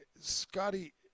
Scotty